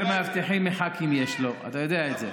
יותר מאבטחים מח"כים יש לו, אתה יודע את זה.